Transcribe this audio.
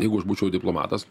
jeigu aš būčiau diplomatas